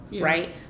right